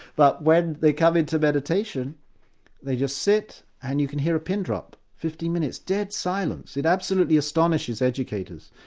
but when they come into meditation they just sit and you can hear a pin drop, fifteen minutes of dead silence. it absolutely astonishes educators.